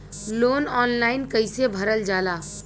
Loan online कइसे भरल जाला?